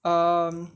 um